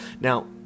Now